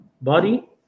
body